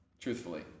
truthfully